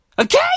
Okay